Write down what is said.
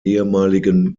ehemaligen